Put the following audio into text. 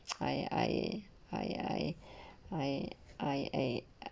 I I I I I I I eh